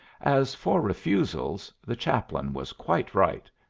as for refusals, the chaplain was quite right.